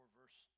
verse